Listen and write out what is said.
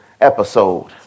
episode